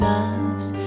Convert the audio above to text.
Love's